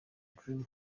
dream